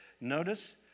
Notice